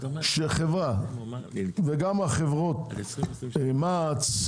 וגם החברות מע"צ,